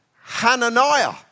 Hananiah